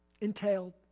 entailed